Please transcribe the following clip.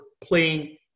playing